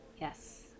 Yes